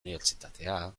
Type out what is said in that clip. unibertsitatea